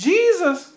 Jesus